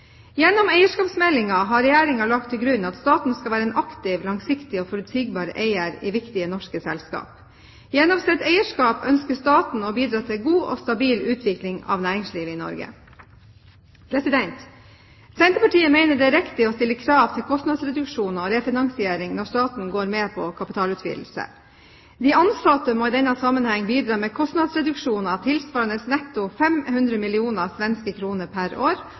Gjennom eierskapsmeldingen har Regjeringen lagt til grunn at staten skal være en aktiv, langsiktig og forutsigbar eier i viktige norske selskap. Gjennom sitt eierskap ønsker staten å bidra til god og stabil utvikling av næringslivet i Norge. Senterpartiet mener det er riktig å stille krav til kostnadsreduksjoner og refinansiering når staten går med på kapitalutvidelse. De ansatte må i denne sammenheng bidra med kostnadsreduksjoner tilsvarende netto 500 mill. svenske kr pr. år,